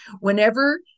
whenever